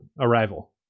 Arrival